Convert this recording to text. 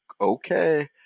okay